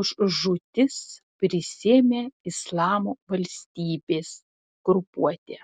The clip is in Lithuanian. už žūtis prisiėmė islamo valstybės grupuotė